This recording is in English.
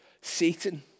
Satan